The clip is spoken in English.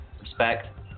respect